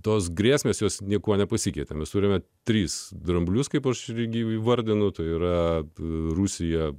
tos grėsmės jos niekuo nepasikeitėme surėmė trys dramblius kaip aš regėjau įvardino tai yra rusija